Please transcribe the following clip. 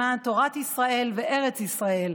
למען תורת ישראל וארץ ישראל,